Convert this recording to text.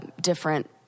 different